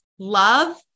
love